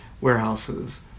warehouses